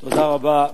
תודה רבה,